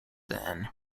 then